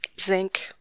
Zinc